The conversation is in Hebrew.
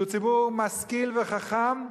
שהוא ציבור משכיל וחכם,